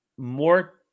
more